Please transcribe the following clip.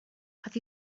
have